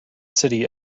city